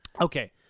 Okay